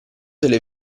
delle